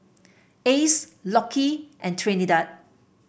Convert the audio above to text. Ace Lockie and Trinidad